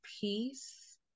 peace